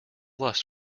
lust